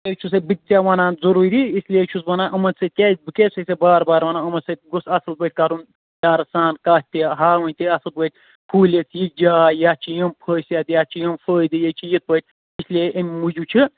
بیٚیہِ چھُسَے بہٕ تہِ ژےٚ وَنان ضروٗری اس لیے چھُس بہٕ وَنان یِمَن سۭتۍ کیٛازِ بہٕ کیٛازِ چھُسَے ژےٚ بار بار وَنان یِمَن سۭتۍ گوٚژھ اَصٕل پٲٹھۍ کَرُن پیارٕ سان کَتھ تہِ ہاوٕنۍ تہِ اَصٕل پٲٹھۍ کھوٗلِتھ یِژھ جاے یَتھ چھِ یِم خٲصیَت یَتھ چھِ یِم خوٗبییہِ ییٚتہِ چھِ یِتھٕ پٲٹھۍ اس لیے اَمہِ موٗجوٗب چھِ